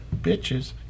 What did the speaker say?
bitches